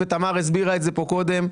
ותמר הסבירה את זה פה קודם,